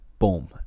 boom